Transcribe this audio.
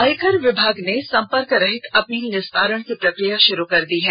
आयकर विभाग ने संपर्क रहित अपील निस्तारण की प्रक्रिया शुरु कर दी है